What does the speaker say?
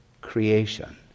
creation